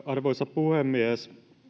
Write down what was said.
arvoisa puhemies